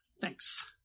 Thanks